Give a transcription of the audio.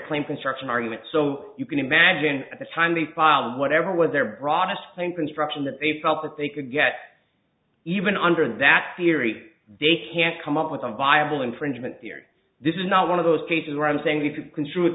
claim construction argument so you can imagine at the time the file whatever what they're broadcasting construction that they felt that they could get even under that theory they can't come up with a viable infringement theory this is not one of those cases where i'm saying we could construe it